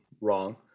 wrong